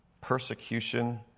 persecution